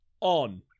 on